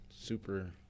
super